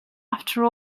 after